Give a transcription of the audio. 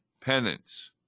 penance